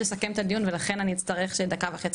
לסכם את הדיון אז בגלל שאנחנו חייבים